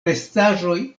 restaĵoj